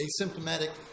asymptomatic